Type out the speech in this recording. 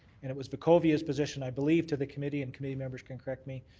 it was lecovia's position i believe to the committee, and committee members can correct me,